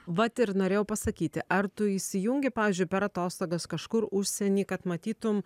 vat ir norėjau pasakyti ar tu įsijungi pavyzdžiui per atostogas kažkur užsieny kad matytum